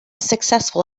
successful